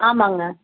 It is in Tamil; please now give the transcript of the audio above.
ஆமாங்க